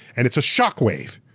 and it's a shockwave.